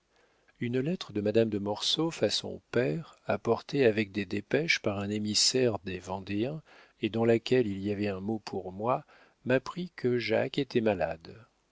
une lettre de madame de mortsauf à son père apportée avec des dépêches par un émissaire des vendéens et dans laquelle il y avait un mot pour moi m'apprit que jacques était malade